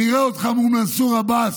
נראה אותך מול מנסור עבאס,